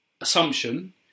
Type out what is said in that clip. assumption